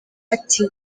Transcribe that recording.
ati